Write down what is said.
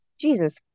Jesus